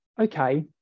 okay